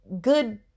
good